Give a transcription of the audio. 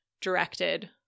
directed